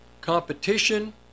competition